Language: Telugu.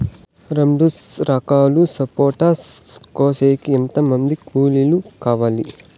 రెండు ఎకరాలు సపోట కోసేకి ఎంత మంది కూలీలు కావాలి?